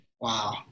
wow